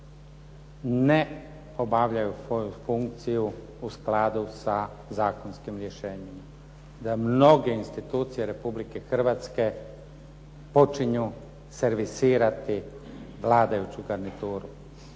ne obavljaju svoju funkciju u skladu sa zakonskim rješenjima, da mnoge institucije Republike Hrvatske počinju servisirati vladajuću garnituru.